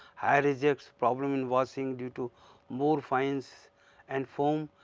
higher reject problem in washing due to more fines and foam,